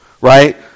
right